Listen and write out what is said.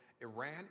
Iran